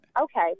Okay